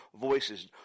voices